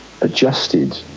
adjusted